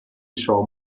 show